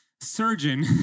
surgeon